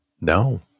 No